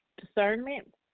discernment